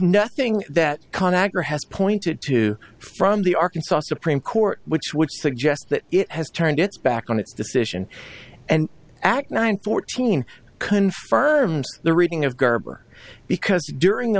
nothing that con agra has pointed to from the arkansas supreme court which would suggest that it has turned its back on its decision and act nine fourteen confirms the reading of garber because during the